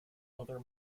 other